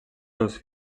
seus